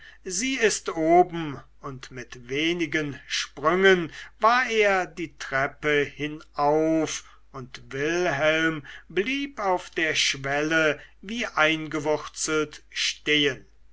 sie ist oben und mit wenigen sprüngen war er die treppe hinauf und wilhelm blieb auf der schwelle wie eingewurzelt stehen